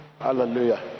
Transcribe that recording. Hallelujah